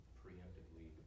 preemptively